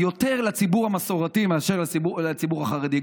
יותר לציבור המסורתי מאשר לציבור החרדי,